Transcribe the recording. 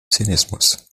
zynismus